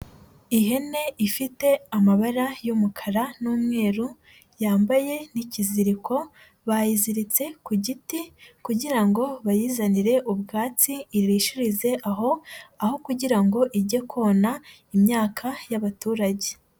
Ihene ifite amabara y'umukara n'umweru yambaye n'ikiziriko, bayiziritse ku giti kugira ngo bayizanire ubwatsi irishirize aho, aho kugira ngo ijye kona imyaka y'abaturage.